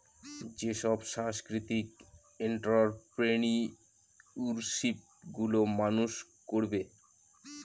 যেসব সাংস্কৃতিক এন্ট্ররপ্রেনিউরশিপ গুলো মানুষ করবে